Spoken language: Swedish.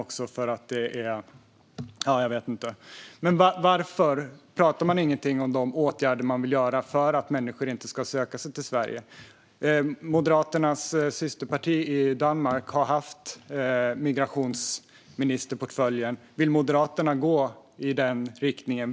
Varför talar ni inte om de åtgärder som ni vill vidta för att människor inte ska söka sig till Sverige? Moderaternas systerparti i Danmark har innehaft migrationsministerportföljen. Vill Moderaterna gå i den riktningen?